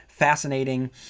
Fascinating